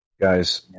Guys